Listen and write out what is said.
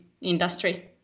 industry